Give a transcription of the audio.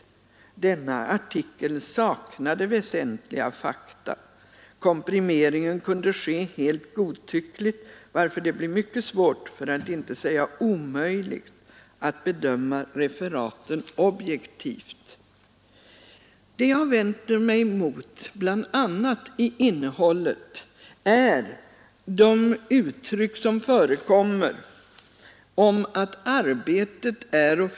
4 december 1972 Det jag har vänt mig mot i innehållet är bl.a. de uttryck som Rn förekommer om att arbetsplatsen är och förblir ett koncentrationsläger. Ang de centrala Det är ganska upprörande att man tillåter sig ett sådant uttryck.